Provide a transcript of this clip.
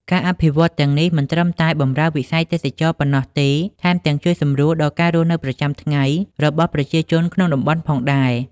ការអភិវឌ្ឍទាំងនេះ មិនត្រឹមតែបម្រើវិស័យទេសចរណ៍ប៉ុណ្ណោះទេ ថែមទាំងជួយសម្រួលដល់ការរស់នៅប្រចាំថ្ងៃរបស់ប្រជាជនក្នុងតំបន់ផងដែរ។